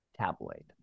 tabloid